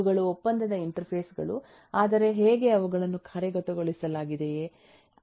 ಇವುಗಳು ಒಪ್ಪಂದದ ಇಂಟರ್ಫೇಸ್ ಗಳು ಆದರೆ ಹೇಗೆ ಅವುಗಳನ್ನು ಕಾರ್ಯಗತಗೊಳಿಸಲಾಗಿದೆಯೆ